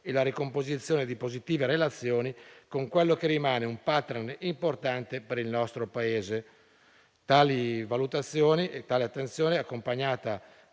e la ricomposizione di positive relazioni con quello che rimane un *partner* importante per il nostro Paese. Tali valutazioni e tale attenzione sono accompagnate